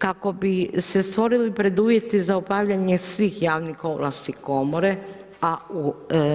Kako bi se stvorili preduvjeti za obavljanje svih javnih ovlasti komore, a u